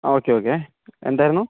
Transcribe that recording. അ okay okay എന്തായിരുന്നു